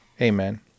Amen